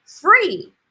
free